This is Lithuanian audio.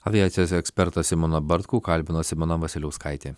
aviacijos ekspertą simoną bartkų kalbino simona vasiliauskaitė